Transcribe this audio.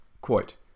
quote